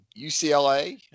UCLA